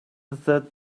that